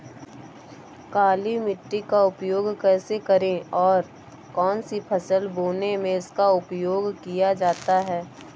काली मिट्टी का उपयोग कैसे करें और कौन सी फसल बोने में इसका उपयोग किया जाता है?